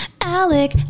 Alec